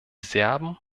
serben